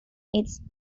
its